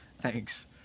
Thanks